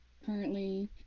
currently